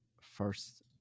first